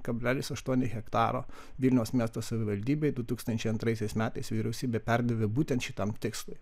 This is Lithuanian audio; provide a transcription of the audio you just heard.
kablelis aštuoni hektaro vilniaus miesto savivaldybei du tūkstančiai antraisiais metais vyriausybė perdavė būtent šitam tikslui